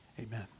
Amen